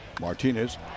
Martinez